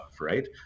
right